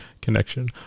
connection